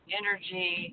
energy